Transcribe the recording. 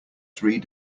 three